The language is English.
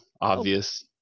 obvious